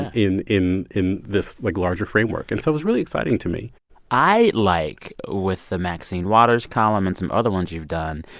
in in this, like, larger framework. and so it was really exciting to me i like with the maxine waters column and some other ones you've done,